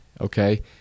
okay